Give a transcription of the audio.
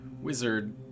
wizard